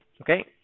okay